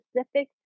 specific